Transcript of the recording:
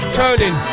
turning